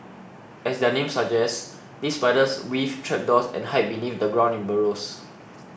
as their name suggests these spiders weave trapdoors and hide beneath the ground in burrows